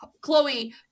Chloe